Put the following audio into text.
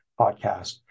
podcast